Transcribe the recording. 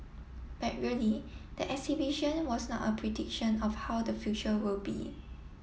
but really the exhibition was not a prediction of how the future will be